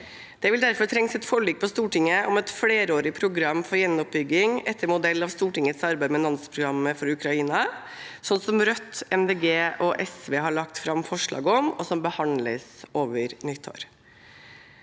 Det vil derfor trenges et forlik på Stortinget om et flerårig program for gjenoppbygging etter modell av Stortingets arbeid med Nansen-programmet for Ukraina, som Rødt, Miljøpartiet De Grønne og SV har lagt fram forslag om, og som behandles over nyttår.